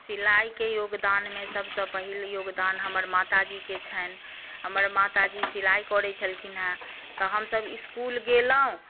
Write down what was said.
सिलाइके योगदानमे सभसँ पहिल योगदान हमर माताजीकेँ छनि हमर माताजी सिलाइ करैत छलखिन हेँ तऽ हमसभ इस्कुल गेलहुँ